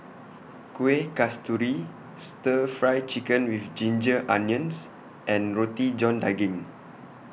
Kueh Kasturi Stir Fry Chicken with Ginger Onions and Roti John Daging